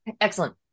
excellent